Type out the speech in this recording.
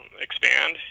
expand